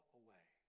away